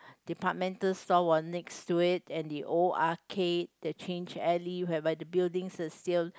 departmental store were next to it and the old arcade that change alley whereby the building is still